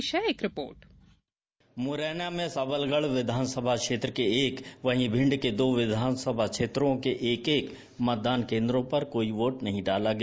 पेश है एक रिपोर्ट मुरैना में सबलगढ़ विधानसभा क्षेत्र के एक वहीं भिण्ड के दो विधानसभा क्षेत्रों के एक एक मतदान केन्द्रों पर कोई वोट नहीं डाला गया